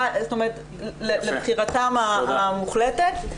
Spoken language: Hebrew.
לבחירתם המוחלטת.